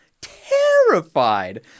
Terrified